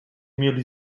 mieli